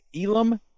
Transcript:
Elam